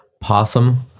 possum